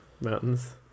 mountains